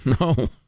No